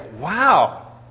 wow